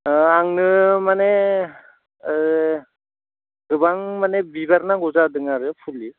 आंनो माने गोबां माने बिबार नांगौ जादों आरो फुलि